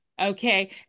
Okay